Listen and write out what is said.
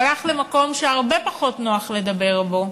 הוא הלך למקום שהרבה פחות נוח לדבר בו.